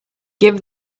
give